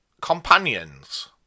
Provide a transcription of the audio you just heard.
Companions